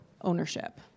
ownership